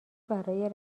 برای